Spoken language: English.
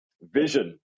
vision